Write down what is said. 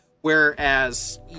whereas